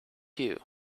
queue